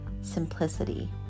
simplicity